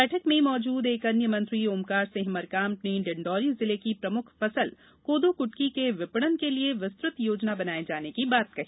बैठक में मौजूद एक अन्य मंत्री ओंमकार सिंह मरकाम ने डिण्डोरी जिले की प्रमुख फसल कोदो कटकी के विपणन के लिए विस्तृत योजना बनाये जाने की बात कही